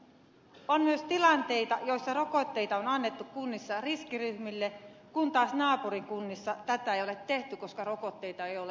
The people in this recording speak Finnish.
on myös tilanteita joissa rokotteita on annettu kunnissa riskiryhmille kun taas naapurikunnissa tätä ei ole tehty koska rokotteita ei ole ollut saatavilla